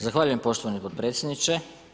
Zahvaljujem poštovani potpredsjedniče.